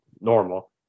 normal